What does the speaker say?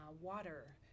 water